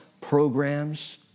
programs